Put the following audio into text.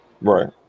Right